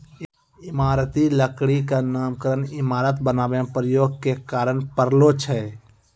इमारती लकड़ी क नामकरन इमारत बनावै म प्रयोग के कारन परलो छै